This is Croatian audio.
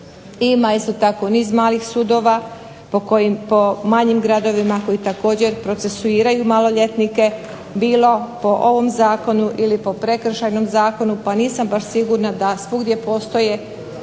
ima isto tako niz malih sudova, po manjim gradovima koji također procesuiraju maloljetnike, bilo po ovom zakonu ili po prekršajnom zakonu, pa nisam baš sigurna da svugdje postoje